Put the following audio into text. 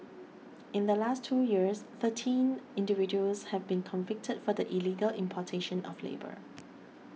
in the last two years thirteen individuals have been convicted for the illegal importation of labour